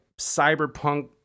cyberpunk